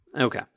Okay